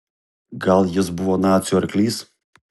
gal jis buvo nacių arklys